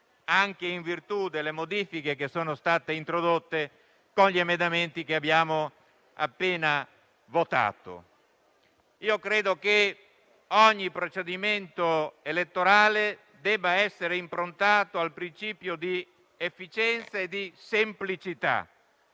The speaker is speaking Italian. anche in virtù delle modifiche che sono state introdotte con gli emendamenti che abbiamo appena votato. Ogni procedimento elettorale deve essere improntato al principio di efficienza e semplicità